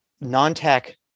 non-tech